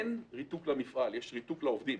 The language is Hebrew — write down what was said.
אין ריתוק למפעל, יש ריתוק לעובדים.